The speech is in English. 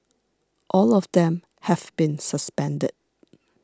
all of them have been suspended